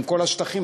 עם כל השטחים,